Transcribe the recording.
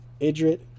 Idrit